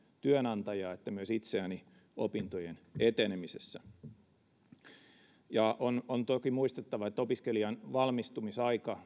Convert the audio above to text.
työnantajaa että myös itseäni opintojen etenemisessä on on toki muistettava että opiskelijan valmistumisaika